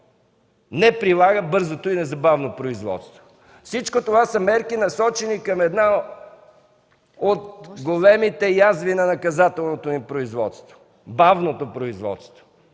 не прилага бързото и незабавно производство. Всичко това са мерки, насочени към една от големите язви на наказателното ни производство – бавното производство,